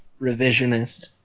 Revisionist